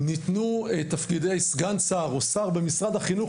ניתנו תפקידי סגן שר או שר במשרד החינוך